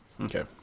Okay